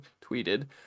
tweeted